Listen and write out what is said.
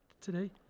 today